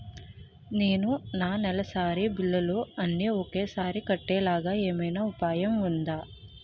నేను నా నెలసరి బిల్లులు అన్ని ఒకేసారి కట్టేలాగా ఏమైనా ఉపాయం ఉందా?